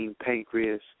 pancreas